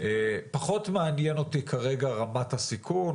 פחות מעניין אותי כרגע רמת הסיכון,